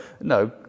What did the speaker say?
no